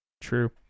True